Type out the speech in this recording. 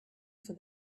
for